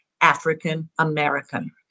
African-American